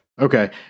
Okay